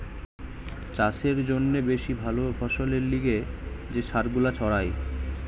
চাষের জন্যে বেশি ভালো ফসলের লিগে যে সার গুলা ছড়ায়